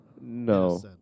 No